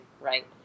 right